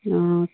অঁ